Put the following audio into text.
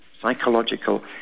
psychological